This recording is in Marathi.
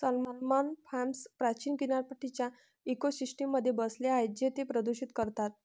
सॅल्मन फार्म्स प्राचीन किनारपट्टीच्या इकोसिस्टममध्ये बसले आहेत जे ते प्रदूषित करतात